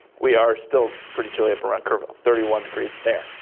we are still pretty chilly upper income thirty one degrees there.